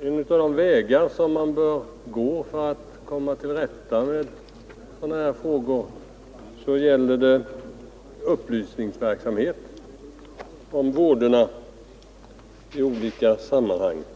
en av de vägar som man bör gå för att komma till rätta med dessa frågor är upplysningsverksamhet om vådorna av sådant missbruk.